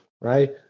right